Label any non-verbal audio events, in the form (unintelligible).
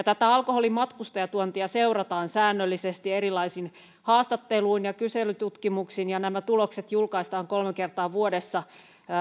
(unintelligible) tätä alkoholin matkustajatuontia seurataan säännöllisesti erilaisin haastatteluin ja kyselytutkimuksin ja nämä tulokset julkaistaan kolme kertaa vuodessa